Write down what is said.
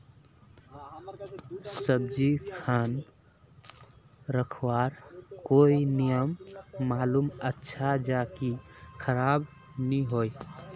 सब्जी खान रखवार कोई नियम मालूम अच्छा ज की खराब नि होय?